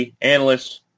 analysts